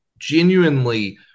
Genuinely